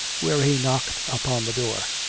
where he knocked upon the door.